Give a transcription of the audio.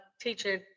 teaching